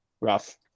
rough